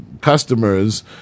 customers